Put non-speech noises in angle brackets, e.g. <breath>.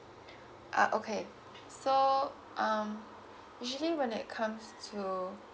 <breath> uh okay so um usually when it comes to